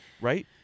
Right